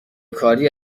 کاری